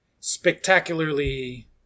spectacularly